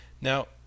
Now